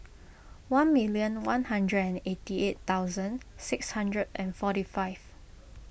one million one hundred and eighty eight thousand six hundred and forty five